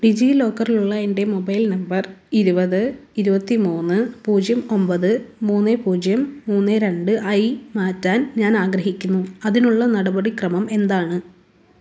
ഡിജിലോക്കറിലുള്ള എൻ്റെ mobile number ഇരുപത് ഇരുപത്തിമൂന്ന് പൂജ്യം ഒമ്പത് മൂന്ന് പൂജ്യം മൂന്ന് രണ്ട് ആയി മാറ്റാൻ ഞാൻ ആഗ്രഹിക്കുന്നു അതിനുള്ള നടപടിക്രമം എന്താണ്